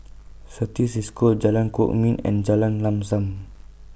Certis CISCO Jalan Kwok Min and Jalan Lam SAM